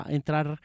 entrar